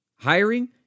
Hiring